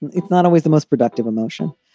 it's not always the most productive emotion.